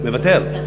מוותר.